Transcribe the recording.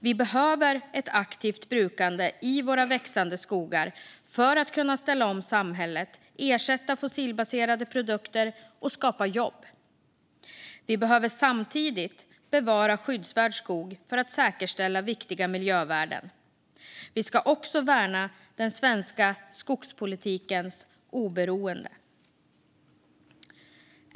Vi behöver ett aktivt brukande i våra växande skogar för att kunna ställa om samhället, ersätta fossilbaserade produkter och skapa jobb. Vi behöver samtidigt bevara skyddsvärd skog för att säkerställa viktiga miljövärden. Vi ska också värna den svenska skogspolitikens oberoende.